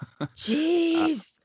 Jeez